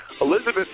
Elizabeth